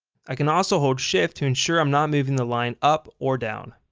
i can also hold shift to ensure i'm not moving the line up or down.